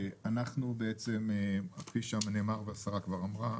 כפי שהשרה אמרה,